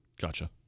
Gotcha